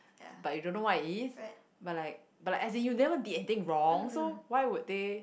but you don't know what it is but like but like as in you never did anything wrong so why would they